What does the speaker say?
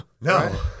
No